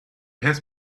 has